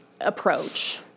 approach